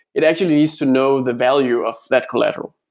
it actually needs to know the value of that collateral,